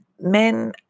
men